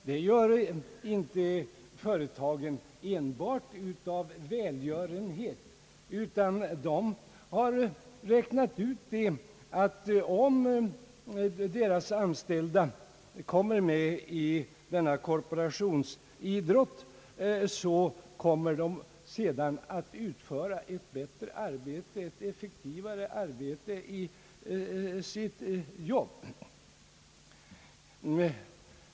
Detta gör företagen inte enbart av välgörenhet, utan de har räknat ut att de anställda, om de deltar i korporationsidrott, sedan utför ett bättre och effektivare arbete inom företagen.